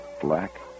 black